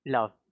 Love